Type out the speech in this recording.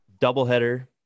doubleheader